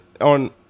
on